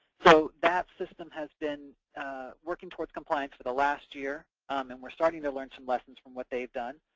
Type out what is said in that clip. so that system has been working towards compliance for the last year, and we're starting to learn some lessons from what they've done.